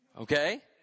Okay